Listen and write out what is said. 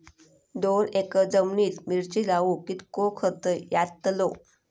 दोन एकर जमिनीत मिरचे लाऊक कितको खर्च यातलो?